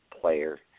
player